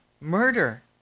murder